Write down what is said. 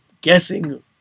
guessing